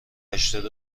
هشتاد